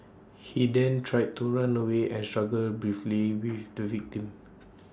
he then tried to run away and struggled briefly with the victim